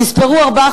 תספרו ארבע,